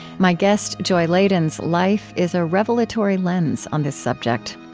my guest joy ladin's life is a revelatory lens on the subject.